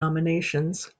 nominations